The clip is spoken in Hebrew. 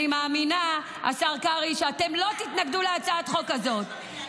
אני מאמינה שאתם לא תתנגדו להצעת החוק הזאת,